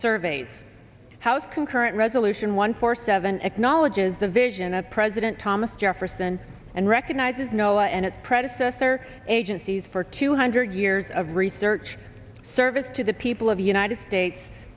surveys house concurrent resolution one four seven acknowledges the vision of president thomas jefferson and recognizes noah and its predecessor agencies for two hundred years of research service to the people of the united states